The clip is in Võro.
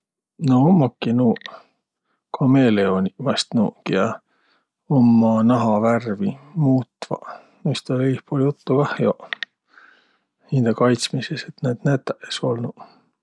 No ummaki nuuq kameeleoniq vaest nuuq, kiä umma nahavärvi muutvaq. Noist oll' iihpuul juttu kah joq, hindä kaitsmisõst, et näid nätäq es olnuq.